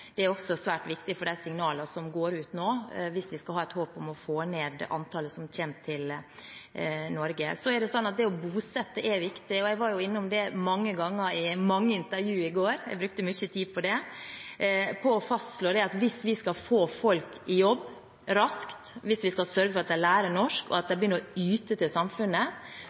Det er også svært viktig for de signalene som går ut nå, hvis vi skal ha et håp om å få ned antallet som kommer til Norge. Det å bosette er viktig, og jeg var innom det mange ganger i mange intervju i går. Jeg brukte mye tid på å fastslå at hvis vi skal få folk i jobb raskt, hvis vi skal sørge for at de lærer norsk, og at de begynner å yte til samfunnet,